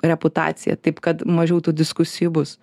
reputaciją taip kad mažiau tų diskusijų bus